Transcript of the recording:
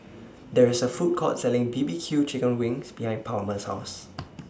There IS A Food Court Selling B B Q Chicken Wings behind Palmer's House